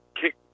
kick